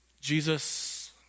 Jesus